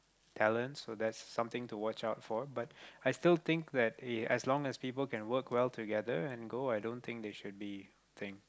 talents so that's something to watch out for but I still think that e~ as long as people can work well together and go i don't think they should be think